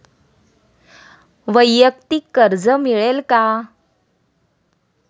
वैयक्तिक कर्ज मिळेल का?